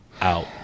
out